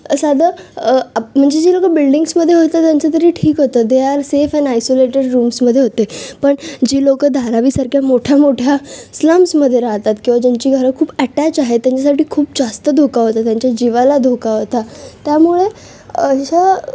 साधं अप म्हणजे जे लोकं बिल्डींग्समध्ये होते त्यांचं तरी ठीक होतं they are safe and isolated रूम्समध्ये होते पण जी लोकं धारावी सारख्या मोठ्या मोठ्या स्लम्समध्ये राहतात किंवा ज्यांची घरं खूप ॲटॅच आहे त्यांच्यासाठी खूप जास्त धोका होता त्यांच्या जीवाला धोका होता त्यामुळं जसं